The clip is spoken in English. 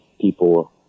people